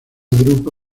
drupa